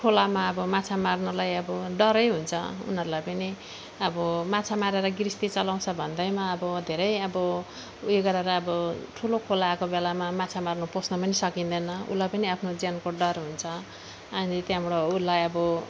खोलामा अब माछा मार्नलाई अब डरै हुन्छ उनीहरूलाई पनि अब माछा मारेर गृहस्थी चलाउँछ भन्दैमा अब धेरै अब ऊ यो गरेर आबो ठुलो खोला आएको बेलामा माछा मार्नु पस्नु पनि सकिँदैन उसलाई पनि आफ्नो ज्यानको डर हुन्छ अनि त्यहाँबाट उसलाई अब